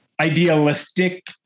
idealistic